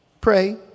Pray